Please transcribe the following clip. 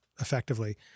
effectively